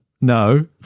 no